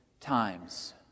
times